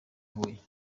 huye